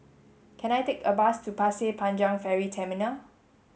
can I take a bus to Pasir Panjang Ferry Terminal